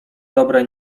dobre